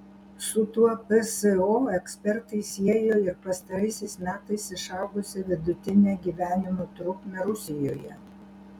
su tuo pso ekspertai siejo ir pastaraisiais metais išaugusią vidutinę gyvenimo trukmę rusijoje